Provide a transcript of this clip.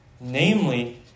Namely